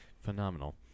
Phenomenal